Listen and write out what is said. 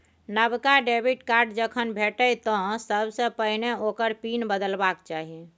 नबका debit card जखन भेटय तँ सबसे पहिने ओकर पिन बदलबाक चाही